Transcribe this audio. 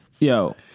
yo